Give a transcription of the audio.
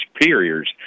superiors